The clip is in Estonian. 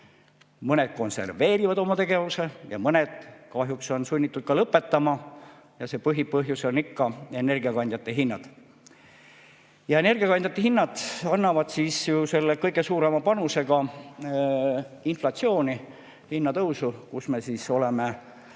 mõned konserveerivad oma tegevuse ja mõned kahjuks on sunnitud ka lõpetama. Põhipõhjus on ikka energiakandjate hinnatõus. Energiakandjate hinnad annavad kõige suurema panuse ka inflatsiooni ja hinnatõusu, mille poolest